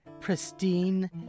pristine